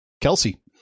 Kelsey